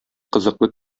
кызыклы